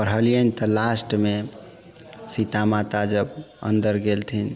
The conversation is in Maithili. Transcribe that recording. पढ़लियनि तऽ लास्टमे सीता माता जब अन्दर गेलथिन